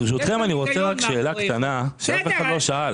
ברשותכם, אני רוצה רק שאלה קטנה שאף אחד לא שאל.